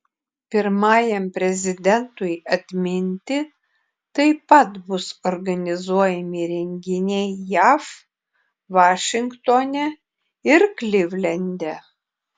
pirmajam prezidentui atminti taip pat bus organizuojami renginiai jav vašingtone ir klivlende